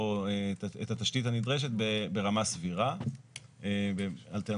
את התשתית הנדרשת ברמה סבירה אלטרנטיבית,